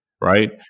Right